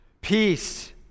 Peace